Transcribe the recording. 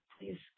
Please